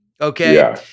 okay